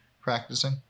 practicing